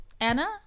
Anna